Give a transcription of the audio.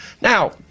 now